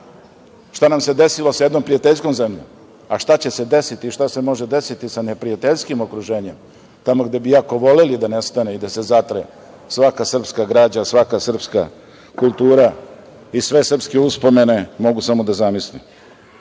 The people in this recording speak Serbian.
šta nam se desilo sa jednom prijateljskom zemljom, a šta će se desiti i šta se može desiti sa neprijateljskim okruženjem, tamo gde bi jako voleli da nestane i da se zatre svaka srpska građa, svaka srpska kultura i sve srpske uspomene mogu samo da zamislim. Ono